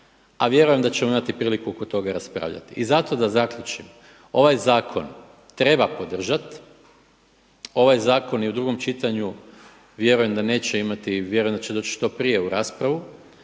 a vjerujem da ćemo imati priliku oko toga raspravljati. I zato da zaključim ovaj zakon treba podržati, ovaj zakon i u drugom čitanju vjerujem da neće imati, vjerujem da će doći što prije u raspravu.